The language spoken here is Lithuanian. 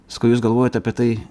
sakau jūs galvojat apie tai